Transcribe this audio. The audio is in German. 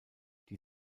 die